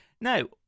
Now